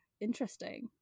interesting